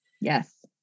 Yes